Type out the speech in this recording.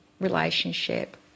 relationship